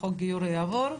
חוק גיור יעבור,